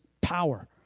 power